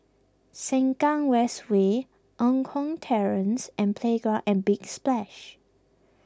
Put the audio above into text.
Sengkang West Way Eng Kong Terrace and Playground at Big Splash